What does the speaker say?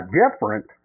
different